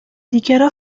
dichiarò